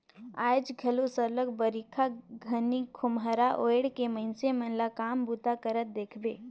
आएज घलो सरलग बरिखा घनी खोम्हरा ओएढ़ के मइनसे मन ल काम बूता करत देखबे